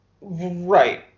Right